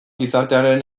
gizartearen